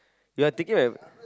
you're taking my